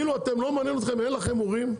אין לכם הורים?